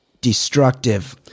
destructive